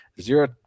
zero